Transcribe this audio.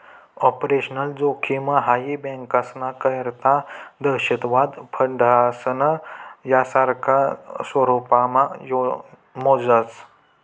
operational जोखिम high बँकास्ना करता दहशतवाद, फसाडणं, यासारखा स्वरुपमा मोजास